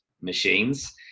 machines